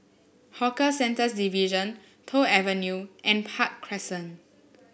Hawker Centres Division Toh Avenue and Park Crescent